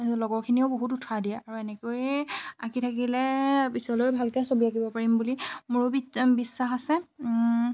লগৰখিনিয়েও বহুত উৎসাহ দিয়ে আৰু এনেকৈয়ে আঁকি থাকিলে পিছলৈ ভালকৈ ছবি আঁকিব পাৰিম বুলি মোৰো বিচ্ছা বিশ্বাস আছে